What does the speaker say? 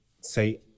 say